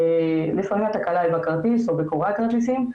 לפעמים התקלה היא בכרטיס או בקורא הכרטיסים,